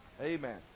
Amen